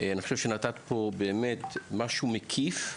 אני חושב שנתת פה באמת משהו מקיף.